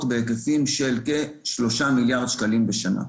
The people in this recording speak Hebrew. בהיקפים של כשלושה מיליארד שקלים בשנה.